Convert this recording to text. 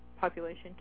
population